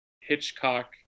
Hitchcock